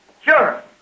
Sure